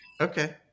Okay